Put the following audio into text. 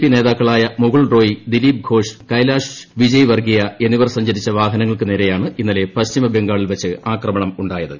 P നേതാക്കളായ മുകുൾ റോയ് ദിലീപ് ലോഷ് ് കൈലാഷ് വിജയ്വർഗിയ എന്നിവർ സഞ്ചരിച്ച വാഹനങ്ങൾക്ക് നേരെയാണ് ഇന്നലെ പശ്ചിമ ബംഗാളിൽ വച്ച് ആക്രമണമുണ്ടായത്